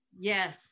yes